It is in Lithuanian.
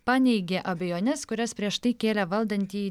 paneigė abejones kurias prieš tai kėlė valdantieji